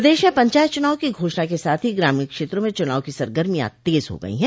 प्रदेश में पंचायत चुनाव की घोषणा के साथ ही ग्रामीण क्षेत्रों में चुनाव की सरगर्मियां तेज हो गई है